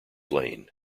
lane